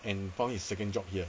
and found his second job here